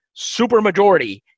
supermajority